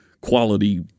quality